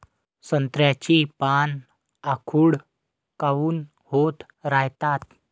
संत्र्याची पान आखूड काऊन होत रायतात?